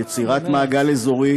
יצירת מעגל אזורי